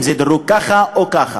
אם זה דירוג כך או כך,